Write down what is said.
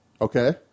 Okay